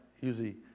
usually